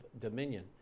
Dominion